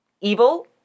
evil